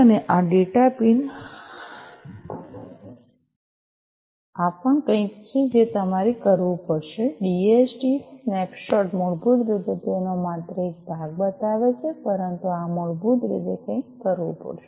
અને આ data pin આ પણ કંઈક છે જે તમારે કરવું પડશે ડીએચટી સ્નેપશોટ મૂળભૂત રીતે તેનો માત્ર એક ભાગ બતાવે છે પરંતુ આ મૂળભૂત રીતે કંઈક કરવું પડશે